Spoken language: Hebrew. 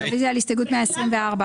הגיעה לידיי הטיוטה המרשימה